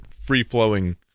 free-flowing